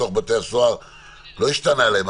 תוך השוואה למה שקרה בשנה שעברה באותה תקופה.